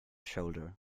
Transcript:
shoulder